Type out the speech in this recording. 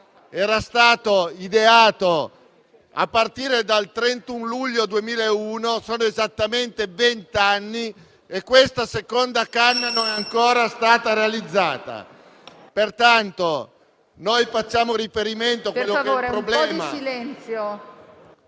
era stato ideato a partire dal 31 luglio 2001. Sono passati esattamente vent'anni e questa seconda canna non è ancora stata realizzata. Pertanto, facciamo riferimento a quello che è un problema...